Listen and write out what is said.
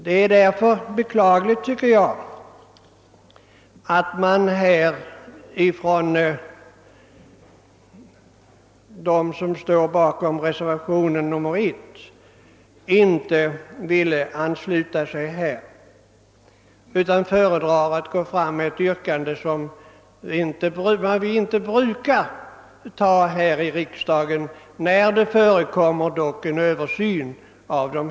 Det är därför beklagligt att de som står bakom reservationen 1 inte ville ansluta sig till utskottsmajoritetens uppfattning utan föredrog att gå fram med ett yrkande som vi inte brukar ställa i riksdagen när en översyn pågår.